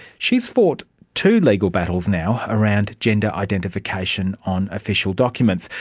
she has fought two legal battles now around gender identification on official documents.